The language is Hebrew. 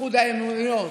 איחוד האמירויות,